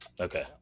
okay